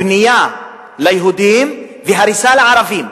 בנייה ליהודים והריסה לערבים,